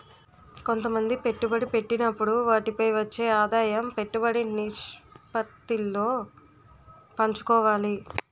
కొంతమంది పెట్టుబడి పెట్టినప్పుడు వాటిపై వచ్చే ఆదాయం పెట్టుబడి నిష్పత్తిలో పంచుకోవాలి